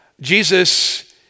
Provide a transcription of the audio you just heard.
Jesus